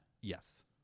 Yes